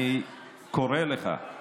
אני קורא לך.